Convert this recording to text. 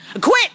Quit